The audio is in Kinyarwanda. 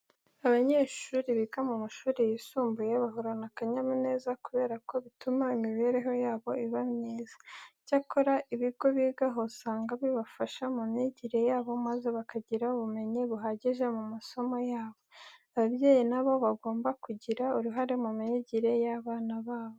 Abanyeshuri biga mu mashuri yisumbuye, bahorana akanyamuneza kubera ko bituma imibereho yabo iba myiza. Icyakora, ibigo bigaho usanga bibafasha mu myigire yabo maze bakagira ubumenyi buhagije ku masomo yabo. Ababyeyi na bo bagomba kugira ururahe mu myigire y'abana babo.